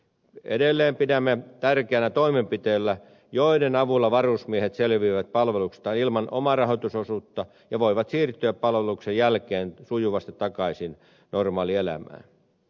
edelleen pidämme tärkeänä toimenpiteitä joiden avulla varusmiehet selviävät palveluksesta ilman omarahoitusosuutta ja voivat siirtyä palveluksen jälkeen sujuvasti takaisin normaalielämään